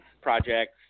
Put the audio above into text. projects